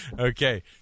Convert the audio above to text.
Okay